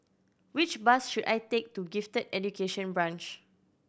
which bus should I take to Gifted Education Branch